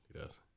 Yes